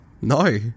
No